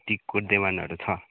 टिकको देवानहरू छ